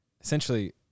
essentially